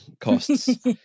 costs